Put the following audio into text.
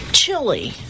chili